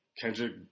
Kendrick